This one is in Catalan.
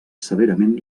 severament